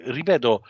ripeto